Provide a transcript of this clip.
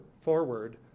forward